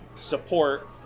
support